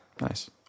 Nice